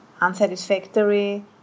unsatisfactory